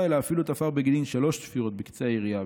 אלא אפילו תפר בגידין שלוש תפירות בקצה היריעה,